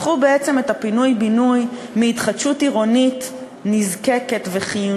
הפכו בעצם את הפינוי-בינוי מהתחדשות עירונית חיונית